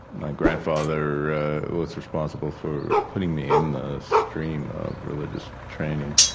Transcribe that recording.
and my grandfather was responsible for putting me in the stream of religious training,